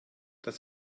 dass